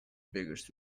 beggars